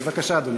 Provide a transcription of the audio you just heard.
בבקשה, אדוני.